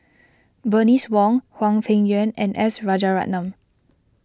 Bernice Wong Hwang Peng Yuan and S Rajaratnam